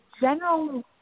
general